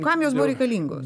kam jos buvo reikalingos